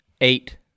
Eight